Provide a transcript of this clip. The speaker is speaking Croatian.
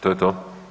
To je to.